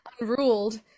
unruled